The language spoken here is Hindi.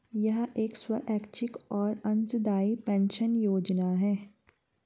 यह एक स्वैच्छिक और अंशदायी पेंशन योजना है